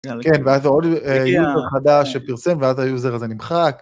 כן ואז עוד יוטיוב חדש שפרסם ואז היוזר הזה נמחק.